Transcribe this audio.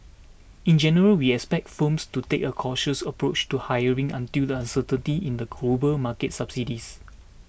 in general we expect firms to take a cautious approach to hiring until the uncertainty in the global market subsides